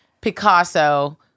Picasso